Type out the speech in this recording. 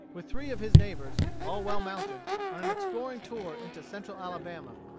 with three of his neighbors, all well mounted, on an exploring tour into central alabama,